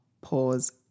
pause